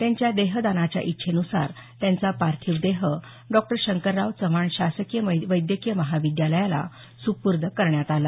त्यांच्या देहदानाच्या इच्छेन्सार त्यांचा पार्थिव देह डॉ शंकरराव चव्हाण शासकीय वैद्यकीय महाविद्यालयाला सुपूर्द करण्यात आला